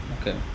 okay